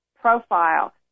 profile